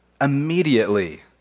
immediately